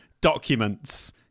documents